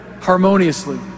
harmoniously